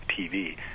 TV